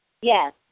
Yes